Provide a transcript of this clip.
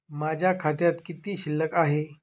माझ्या खात्यात किती शिल्लक आहे?